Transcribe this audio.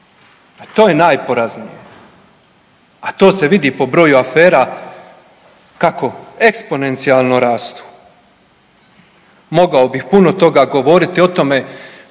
to je najporaznije, a to se vidi po broju afera kako eksponencijalno rastu. Mogao bih puno toga govoriti o tome